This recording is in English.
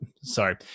sorry